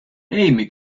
amy